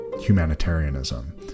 humanitarianism